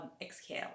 exhale